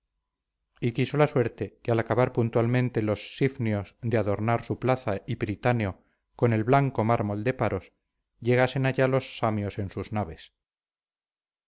y quiso la suerte que al acabar puntualmente los sifnios de adornar su plaza y pritáneo con el blanco mármol de paros llegasen allá los samios en sus naves